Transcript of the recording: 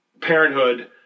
parenthood